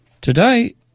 Today